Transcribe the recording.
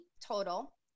total